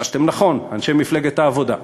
ניחשתם נכון, אנשי מפלגת העבודה.